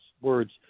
words